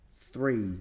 three